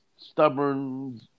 stubborn